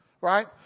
Right